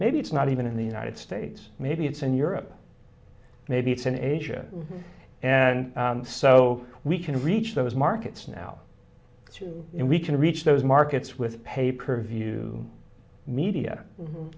maybe it's not even in the united states maybe it's in europe maybe it's in asia and so we can reach those markets now and we can reach those markets with pay per view media